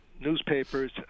newspapers